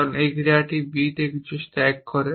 কারণ এই ক্রিয়াটি b তে কিছু স্ট্যাক করে